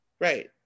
right